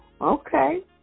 Okay